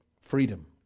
freedom